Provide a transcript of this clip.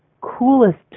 coolest